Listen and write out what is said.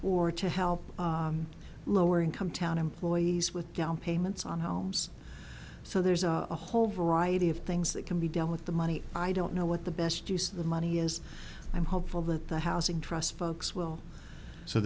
or to help lower income town employees with down payments on homes so there's a whole variety of things that can be done with the money i don't know what the best use of the money is i'm hopeful that the housing trust folks will so